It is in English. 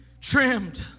trimmed